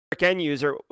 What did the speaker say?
end-user